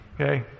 Okay